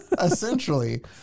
Essentially